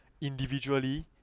individually